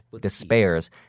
despairs